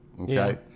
Okay